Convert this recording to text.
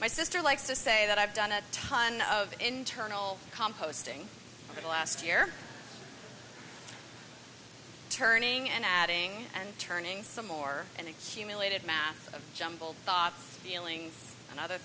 my sister likes to say that i've done a ton of internal composting over the last year turning and adding and turning some more and accumulated mass of jumbled thoughts feelings and other